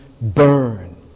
burn